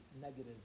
negative